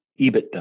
EBITDA